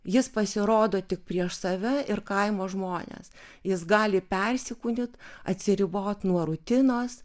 jis pasirodo tik prieš save ir kaimo žmones jis gali persikūnyt atsiribot nuo rutinos